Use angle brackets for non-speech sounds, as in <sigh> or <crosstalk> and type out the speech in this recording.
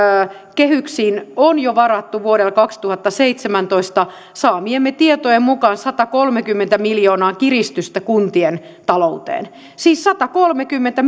kehyksiin on jo varattu vuodelle kaksituhattaseitsemäntoista saamiemme tietojen mukaan satakolmekymmentä miljoonaa kiristystä kuntien talouteen siis satakolmekymmentä <unintelligible>